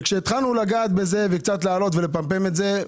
וכשהתחלנו לגעת בזה וקצת להעלות ולפמפם את זה,